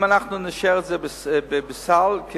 אם אנחנו נאשר את זה בסל כחוק